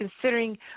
considering